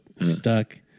stuck